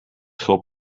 hope